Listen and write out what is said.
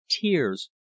Tears